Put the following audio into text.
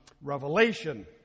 Revelation